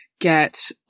get